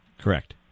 Correct